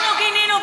אנחנו גינינו.